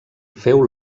féu